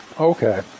Okay